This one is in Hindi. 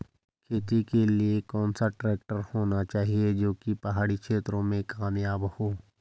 खेती के लिए कौन सा ट्रैक्टर होना चाहिए जो की पहाड़ी क्षेत्रों में कामयाब हो?